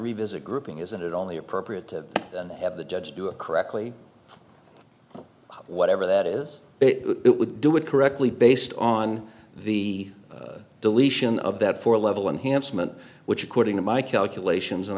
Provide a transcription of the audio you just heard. revisit grouping isn't it only appropriate to have the judge do it correctly whatever that is it would do it correctly based on the deletion of that four level enhanced meant which according to my calculations and